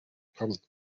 public